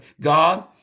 God